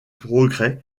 progrès